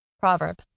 Proverb